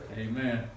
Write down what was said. Amen